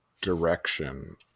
direction